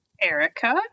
Erica